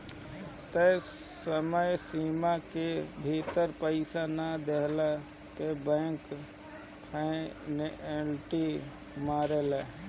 तय समय सीमा के भीतर पईसा ना देहला पअ बैंक पेनाल्टी मारेले